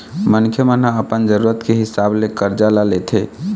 मनखे मन ह अपन जरुरत के हिसाब ले करजा ल लेथे